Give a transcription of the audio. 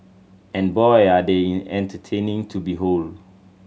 and boy are they entertaining to behold